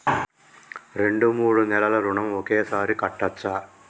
రెండు మూడు నెలల ఋణం ఒకేసారి కట్టచ్చా?